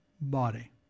body